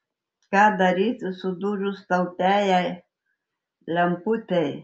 ką daryti sudužus taupiajai lemputei